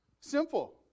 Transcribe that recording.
Simple